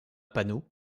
panneau